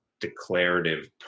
declarative